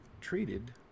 treated